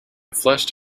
fleshed